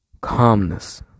calmness